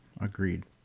Agreed